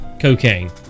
cocaine